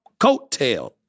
coattail